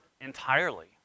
entirely